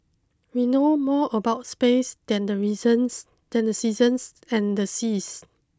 we know more about space than the reasons than the seasons and the seas